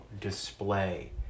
display